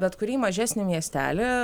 bet kurį mažesnį miestelį